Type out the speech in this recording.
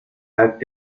halt